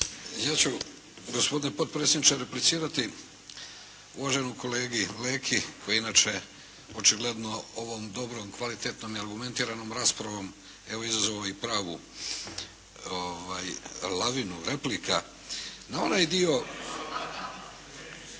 Ja ću, gospodine potpredsjedniče replicirati uvaženom kolegi Leki koji inače očigledno ovom dobrom, kvalitetnom i argumentiranom raspravom, evo izazvao i pravu lavinu replika na onaj dio,